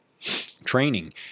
training